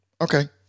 okay